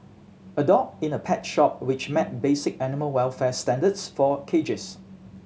a dog in a pet shop which met basic animal welfare standards for cages